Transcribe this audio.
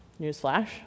newsflash